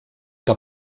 que